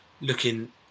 looking